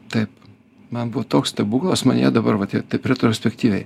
taip man buvo toks stebuklas man jie dabar va tie taip retrospektyviai